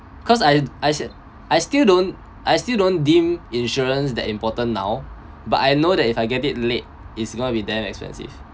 cause I I said I still don't I still don't deem insurance that important now but I know that if I get it late is going to be damn expensive